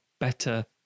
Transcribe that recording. better